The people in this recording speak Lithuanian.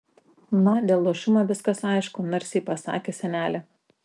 na dėl luošumo viskas aišku narsiai pasakė senelė